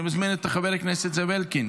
אני מזמין את חבר הכנסת זאב אלקין